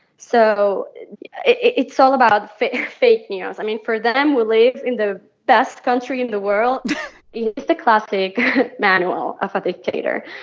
so it's all about fake fake news. i mean, for them, we live in the best country in the world. it's the classic manual of a dictator.